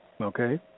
okay